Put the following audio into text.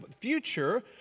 future